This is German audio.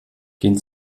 gehen